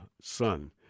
son